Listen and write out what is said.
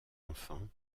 enfants